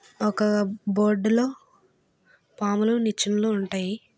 ఒక బోర్డులో పాములు నిచ్చెనలు ఉంటాయి